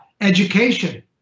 education